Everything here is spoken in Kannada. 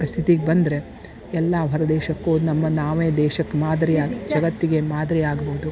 ಪ್ರಸಿದ್ಧಿಗೆ ಬಂದರೆ ಎಲ್ಲ ಹೊರದೇಶಕ್ಕೂ ನಮ್ಮ ನಾವೇ ದೇಶಕ್ಕೆ ಮಾದರಿ ಜಗತ್ತಿಗೆ ಮಾದರಿ ಆಗ್ಬೋದು